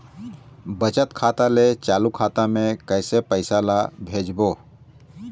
बचत खाता ले चालू खाता मे कैसे पैसा ला भेजबो?